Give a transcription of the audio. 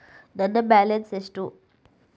ನನ್ನ ಬ್ಯಾಲೆನ್ಸ್ ಎಷ್ಟು?